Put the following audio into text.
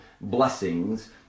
blessings